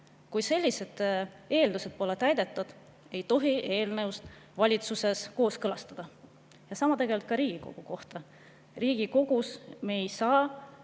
Kui sellised eeldused pole täidetud, ei tohi eelnõu valitsuses kooskõlastada. Sama käib tegelikult Riigikogu kohta. Riigikogus me ei saa